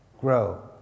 grow